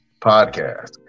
podcast